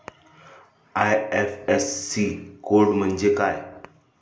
IFSC code म्हणजे काय?